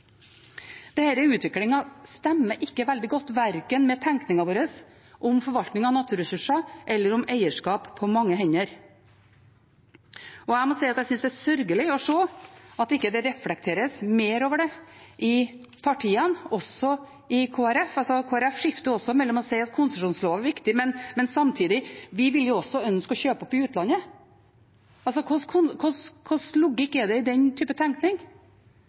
stemmer ikke veldig godt med verken tekningen vår om forvaltning av naturressurser eller om eierskap på mange hender. Jeg må si at jeg synes det er sørgelig å se at det ikke reflekteres mer over det i partiene, også i Kristelig Folkeparti. Kristelig Folkeparti skifter også mellom å si at konsesjonsloven er viktig, og samtidig si at vi vil jo også ønske å kjøpe opp i utlandet. Hvilken logikk er det i den type tenkning?